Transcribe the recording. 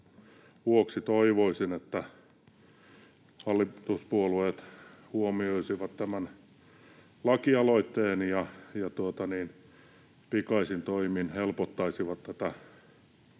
vuoksi toivoisin, että hallituspuolueet huomioisivat tämän lakialoitteeni ja pikaisin toimin helpottaisivat tätä